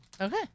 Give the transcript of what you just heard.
Okay